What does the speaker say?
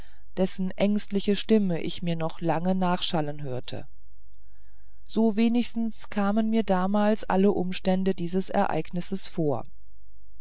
dessen ängstliche stimme ich mir noch lange nachschallen hörte so wenigstens kamen mir damals alle umstände dieses ereignisses vor